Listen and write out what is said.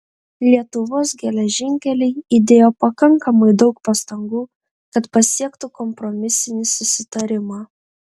lietuvos geležinkeliai įdėjo pakankamai daug pastangų kad pasiektų kompromisinį susitarimą